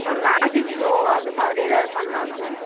ma'am magic show அது மாதிரி ஏதாவுது பண்லால்லை மேம்